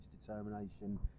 determination